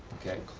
okay.